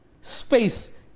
space